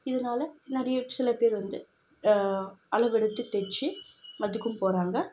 இதனால நிறைய சில பேர் வந்து அளவெடுத்து தைச்சி அதுக்கும் போகிறாங்க